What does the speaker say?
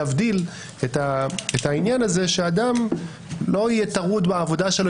להבדיל את העניין הזה שאדם לא יהיה טרוד בעבודה שלו,